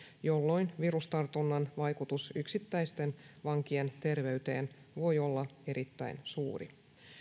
jolloin virustartunnan vaikutus yksittäisten vankien terveyteen voi olla erittäin suuri